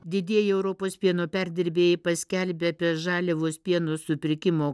didieji europos pieno perdirbėjai paskelbė apie žaliavos pieno supirkimo